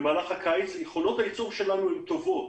יכולות הייצור שלנו טובות.